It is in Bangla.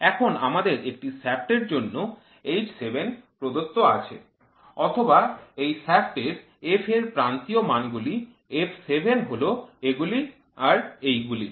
তখন আমাদের একটি শ্যাফ্টের জন্য H 7 প্রদত্ত আছে অথবা এই শ্যাফ্টের f এর প্রান্তীয় মানগুলি f 7 হল এগুলি আর এইগুলি